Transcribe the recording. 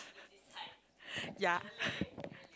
yeah